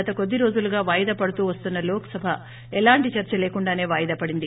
గత కొద్ది రోజులుగా వాయిదా పడుతూ వస్తున్న లోక్సభ ఎలాంటి చర్స లేకుండానే వాయిదా పడింది